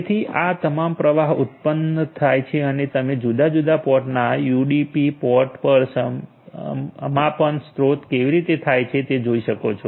તેથી તમામ પ્રવાહ ઉત્પન્ન થાય છે અને તમે જુદા જુદા પોર્ટના યુડીપી પોર્ટ પર સમાપન સ્ત્રોત કેવી રીતે થાય છે તે જોઈ શકો છો